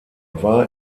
war